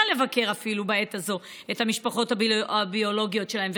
לבקר בעת הזאת את המשפחות הביולוגיות שלהם,